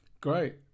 great